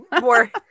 more